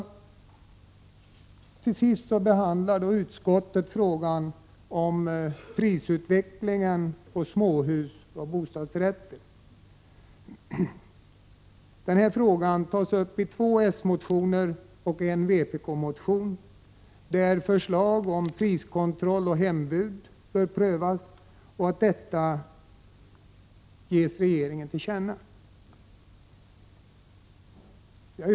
Utskottet behandlar till sist frågan om prisutvecklingen när det gäller småhus och bostadsrätter. Denna fråga tas också upp i två s-motioner och en vpk-motion, där förslag framförs om att priskontroll och hembud skall prövas resp. att regeringen ges till känna att priskontroll bör återinföras.